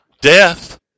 death